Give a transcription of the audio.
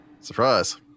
Surprise